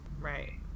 Right